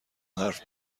حرف